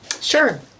Sure